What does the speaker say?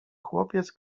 chłopiec